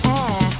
air